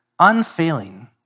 Unfailing